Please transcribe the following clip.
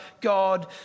god